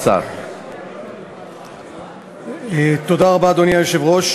התשע"ד 2013. יציג את הצעת החוק חבר הכנסת ניצן הורוביץ,